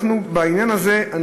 בעניין הזה,